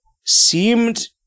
seemed